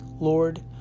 Lord